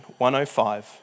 105